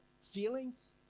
feelings